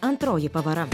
antroji pavara